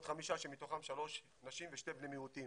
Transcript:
חמישה שמתוכם שלוש שנים ושני בני מיעוטים.